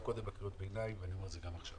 קודם בקריאות ביניים ואני אומר גם עכשיו